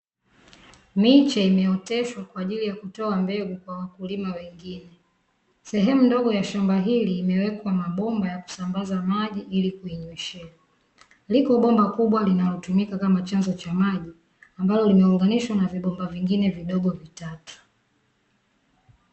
Miche imeoteshwa kwaajili ya kutoa mbegu kwa wakulima wengine. Sehemu ndogo ya shamba hili, imewekwa mabomba ya kusambaza maji ili kuinyweshea. Liko bomba kubwa linalotumika kama chanzo cha maji , ambalo limeunganishwa na vibomba vingine vidogo vitatu.